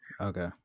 Okay